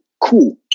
Cool